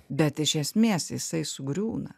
bet iš esmės jisai sugriūna